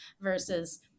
versus